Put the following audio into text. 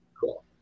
Cool